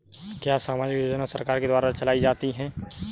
क्या सामाजिक योजनाएँ सरकार के द्वारा चलाई जाती हैं?